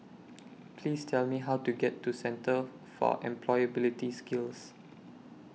Please Tell Me How to get to Centre For Employability Skills